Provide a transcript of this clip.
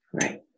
Right